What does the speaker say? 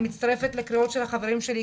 אני מצטרפת לקריאות של החברים שלי.